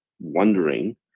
wondering